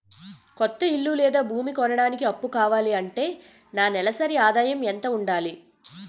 కొత్త ఇల్లు లేదా భూమి కొనడానికి అప్పు కావాలి అంటే నా నెలసరి ఆదాయం ఎంత ఉండాలి?